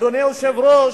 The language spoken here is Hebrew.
אדוני היושב-ראש,